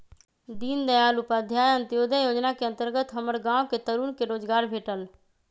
दीनदयाल उपाध्याय अंत्योदय जोजना के अंतर्गत हमर गांव के तरुन के रोजगार भेटल